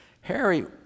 Harry